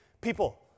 people